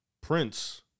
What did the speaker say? Prince